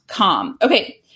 Okay